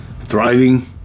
thriving